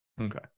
okay